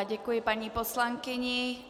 Děkuji paní poslankyni.